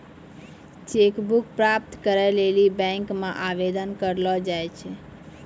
cheque book प्राप्त करै लेली बैंक मे आवेदन करलो जाय छै